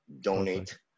donate